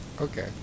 Okay